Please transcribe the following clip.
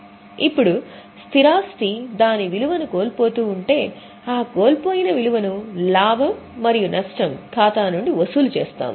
ఇప్పుడు స్థిరాస్తి దాని విలువను కోల్పోతూ ఉంటే ఆ కోల్పోయిన విలువను లాభం మరియు నష్టం ఖాతా నుండి వసూలు చేస్తాము